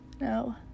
No